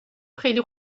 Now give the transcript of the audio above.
خیلی